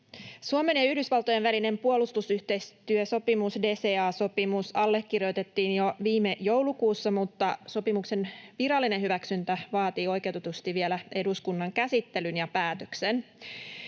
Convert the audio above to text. Suomen ja Yhdysvaltojen välinen puolustusyhteistyösopimus, DCA-sopimus, allekirjoitettiin jo viime joulukuussa, mutta sopimuksen virallinen hyväksyntä vaatii oikeutetusti vielä eduskunnan käsittelyn ja päätöksen.